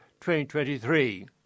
2023